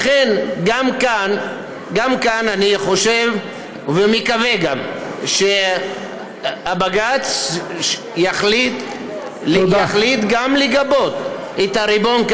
לכן גם כאן אני חושב ומקווה שבג"ץ יחליט לגבות את הריבון.